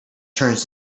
turns